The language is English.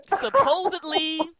supposedly